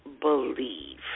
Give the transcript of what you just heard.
believe